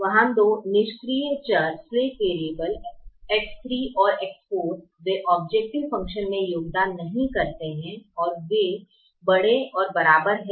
वहां दो निष्क्रिय चर X3 और X4 वे औब्जैकटिव फंकशन में योगदान नहीं करते हैं वे 0 भी हैं